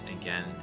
again